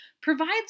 provides